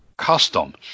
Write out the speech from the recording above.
custom